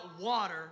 water